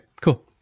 Cool